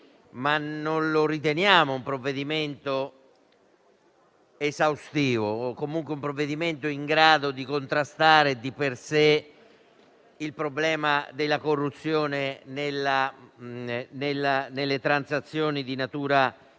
non lo riteniamo un provvedimento esaustivo o comunque in grado di contrastare di per sé il problema della corruzione nelle transazioni di natura sanitaria.